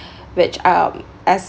which um as